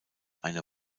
eine